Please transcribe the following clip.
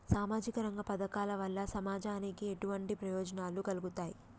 సామాజిక రంగ పథకాల వల్ల సమాజానికి ఎటువంటి ప్రయోజనాలు కలుగుతాయి?